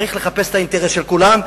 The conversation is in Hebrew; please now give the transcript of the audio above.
צריך לחפש את האינטרס של כולם.